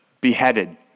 beheaded